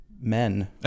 men